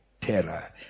terror